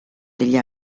degli